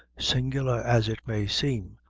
singular as it may seem,